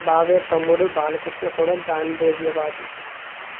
భావే తమ్ముడు బాలకృష్ణ కూడా గాంధేయవాది